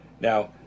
Now